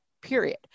period